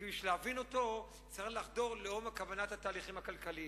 וכדי להבין אותו צריך לחדור לעומק כוונת התהליכים הכלכליים.